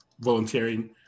volunteering